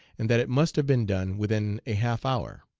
and that it must have been done within a half hour.